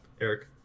eric